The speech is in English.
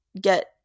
get